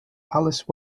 alice